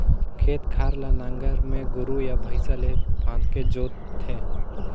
खेत खार ल नांगर में गोरू या भइसा ले फांदके जोत थे